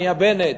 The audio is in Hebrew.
נהיה בנט.